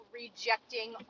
rejecting